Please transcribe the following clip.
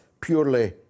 purely